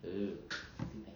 ya it's too fatty